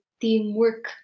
teamwork